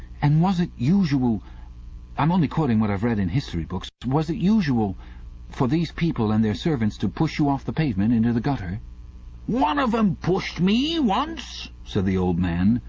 and was it usual i'm only quoting what i've read in history books was it usual for these people and their servants to push you off the pavement into the gutter one of em pushed me once said the old man.